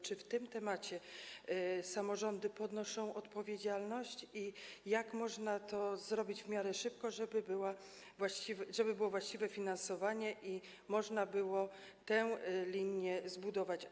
Czy w tym temacie samorządy ponoszą odpowiedzialność i jak można to zrobić w miarę szybko, żeby było właściwe finansowanie i można było tę linię zbudować?